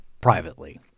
privately